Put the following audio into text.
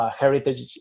heritage